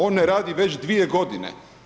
On ne radi već 2 godine.